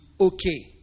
okay